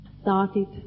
started